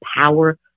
power